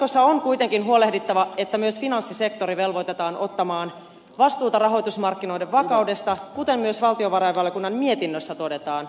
jatkossa on kuitenkin huolehdittava että myös finanssisektori velvoitetaan ottamaan vastuuta rahoitusmarkkinoiden vakaudesta kuten myös valtiovarainvaliokunnan mietinnössä todetaan